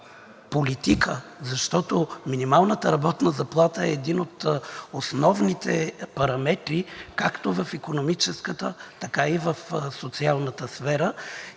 политика, защото минималната работна заплата е един от основните параметри както в икономическата, така и в социалната сфера.